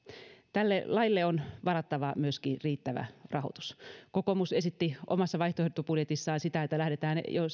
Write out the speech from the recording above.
tälle laille on varattava myöskin riittävä rahoitus kokoomus esitti omassa vaihtoehtobudjetissaan sitä että lähdetään jo